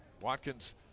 Watkins